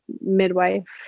midwife